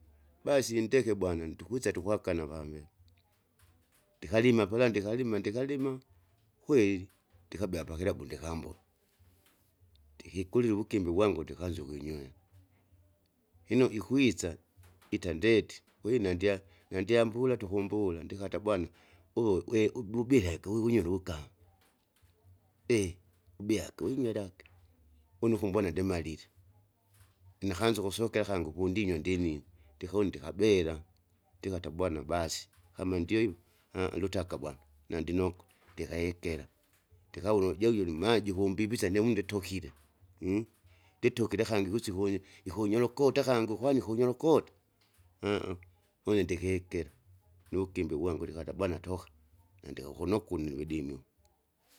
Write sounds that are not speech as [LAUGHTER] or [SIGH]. Basi nndeke bwana ntukwisa tukwagana avambe, [NOISE] ndikalima pala ndikalima ndikalima, kweli [NOISE] ndikabea pakilabu ndikambona, ndikikulie uvugimbi wangu ndikanza ukwinywe, lino ikweisa, [NOISE] ita ndeti kwahiyo nandya, nandyambula tukumbula ndikata bwana uwo we ububike akiuwunyire uvugame [HESITATION] ube akwimilage, une ukumbona ndimalile, inakanza ukusokela akange ukundinywa ndinine ndikunde ndikabela, ndikata bwana basi kama ndio hivo ha lutaka bwana bwana nandinoko, ndikahekera ndikaona ujeujuli ma jikumbivisa namundi tokire [HESITATION] nditokira akangi kusiku unye ikunyorokota kangi ukwani ikunyorokota [HESITATION] une ndikikile, ugimbi vwangu ndikata bwana toka, nandikakunokuni widimi.